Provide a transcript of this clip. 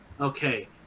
Okay